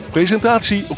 Presentatie